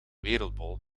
wereldbol